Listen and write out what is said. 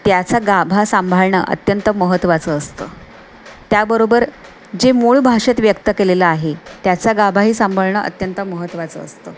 त्याचा गाभा सांभाळणं अत्यंत महत्वाचं असतं त्याबरोबर जे मूळ भाषेत व्यक्त केलेलं आहे त्याचा गाभाही सांभाळणं अत्यंत महत्त्वाचं असतं